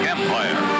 Empire